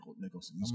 Nicholson